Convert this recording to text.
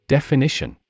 Definition